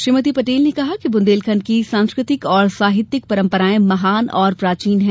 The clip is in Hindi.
श्रीमती पटेल ने कहा कि बुदेलखण्ड की सांस्कृतिक और साहित्यिक परम्पराये महान और प्राचीन हैं